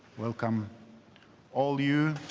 welcome all you,